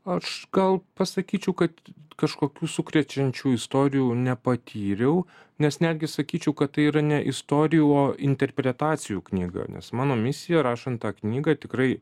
aš gal pasakyčiau kad kažkokių sukrečiančių istorijų nepatyriau nes netgi sakyčiau kad tai yra ne istorijų o interpretacijų knyga nes mano misija rašant tą knygą tikrai